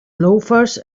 loafers